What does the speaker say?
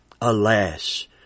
alas